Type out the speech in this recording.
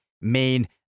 main